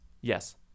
Yes